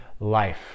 Life